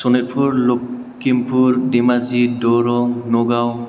Sonitpur Lakhimpur Dhemaji Darrang Nagaon